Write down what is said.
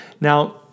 Now